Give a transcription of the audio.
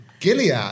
Gilead